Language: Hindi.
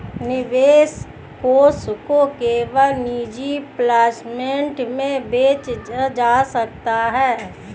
निवेश कोष को केवल निजी प्लेसमेंट में बेचा जा सकता है